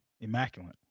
immaculate